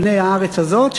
בני הארץ הזאת,